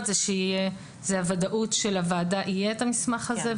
זה הוודאות שלוועדה יהיה את המסמך הזה,